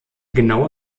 genaue